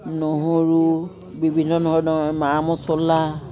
নহৰু বিভিন্ন ধৰণৰ মা মছলা